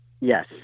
Yes